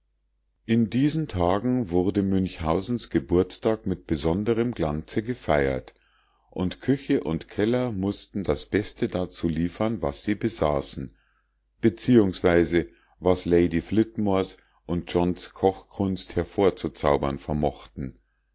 in diesen tagen wurde münchhausens geburtstag mit besonderem glanze gefeiert und küche und keller mußten das beste dazu liefern was sie besaßen beziehungsweise was lady flitmores und johns kochkunst hervorzuzaubern vermochten